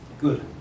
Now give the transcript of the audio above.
Good